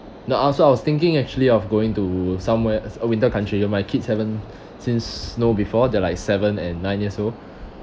no I sort of thinking actually of going to somewhere as uh winter country ah my kids haven't seen snow before they're like seven and nine years old